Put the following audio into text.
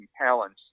talents